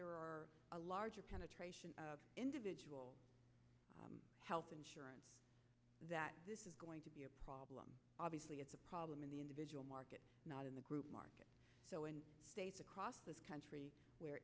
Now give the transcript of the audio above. there are a larger penetration of individual health insurance that this is going to be a problem obviously it's a problem in the individual market not in the group market so in states across this country where